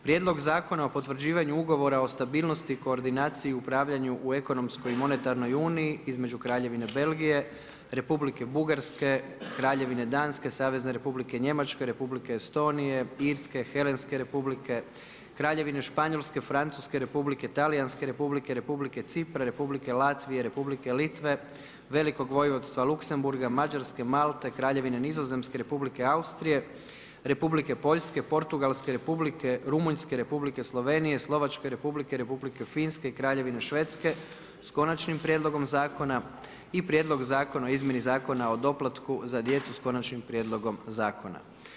Prijedlog Zakona o potvrđivanju ugovora o stabilnosti i koordinaciji i upravljanju u ekonomskoj monetarnoj uniji između Kraljevine Belgije, Republike Bugarske, Kraljevine Danske, Savezne Republike Njemačke, Republike Estonije, Irske, Helenske Republike, Kraljevine Španjolske, Francuske Republike, Talijanske Republike, Republike Cipra, Republike Latvije, Republike Litve, Velikog Vojvodstva Luksemburga, Mađarske, Malte, Kraljevine Nizozemske, Republike Austrije, Republike Poljske, Portugalske Republike, Rumunjske, Republike Slovenije, Slovačke Republike, Republike Finske i Kraljevine Švedske s Konačnim prijedlogom zakona i Prijedlog zakona o izmjeni Zakona o doplatku za djecu sa konačnim prijedlogom zakona.